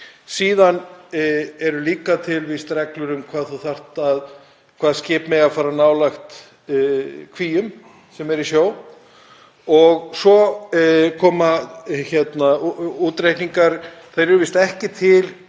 Síðan eru líka til reglur um hvað skip mega fara nálægt kvíum sem eru í sjó. Svo koma útreikningar, þeir eru víst ekki til